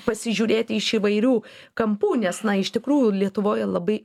pasižiūrėti iš įvairių kampų nes na iš tikrųjų lietuvoj labai